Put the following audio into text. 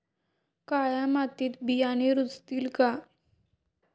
काळ्या मातीत बियाणे रुजतील का?